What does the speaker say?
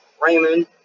Raymond